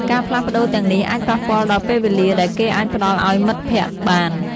ការផ្លាស់ប្តូរទាំងនេះអាចប៉ះពាល់ដល់ពេលវេលាដែលគេអាចផ្ដល់ឲ្យមិត្តភក្តិបាន។